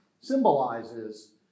symbolizes